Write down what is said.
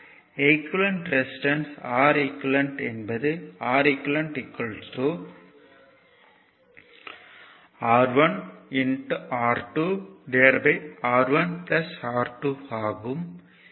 equivalent resistance Req என்பது Req R1 R2R1 R2ஆகும்